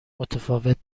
متفاوت